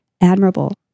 admirable